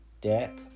deck